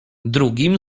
drugim